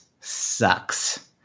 sucks